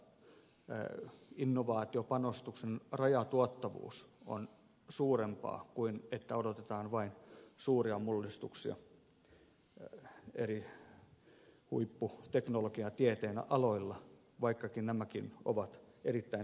siellä kohtaa innovaatiopanostuksen rajatuottavuus on suurempaa kuin jos odotetaan vain suuria mullistuksia huipputeknologian ja tieteen eri aloilla vaikka nämäkin ovat erittäin tärkeitä